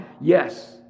Yes